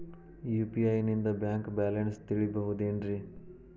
UPI ನಿಂದ bank balance ತಿಳಿಬಹುದೇನ್ರಿ?